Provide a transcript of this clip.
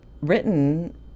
written